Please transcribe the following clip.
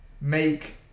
make